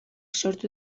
sortu